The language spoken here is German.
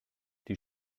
die